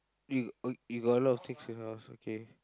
you oh you got a lot of things in your house okay